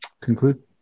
conclude